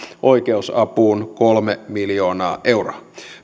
oikeusapuun kolme miljoonaa euroa